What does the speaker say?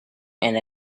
and